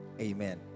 Amen